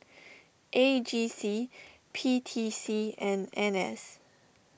A G C P T C and N S